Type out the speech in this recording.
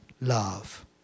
love